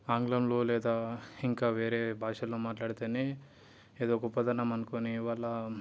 ఆంగ్లంలో లేదా ఇంకా వేరే భాషల్లో మాట్లాడితేనే ఏదో గొప్పతనం అనుకొని వాళ్ళ